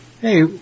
hey